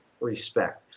respect